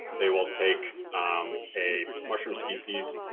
they will take a mushroom species,